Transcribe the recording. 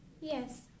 Yes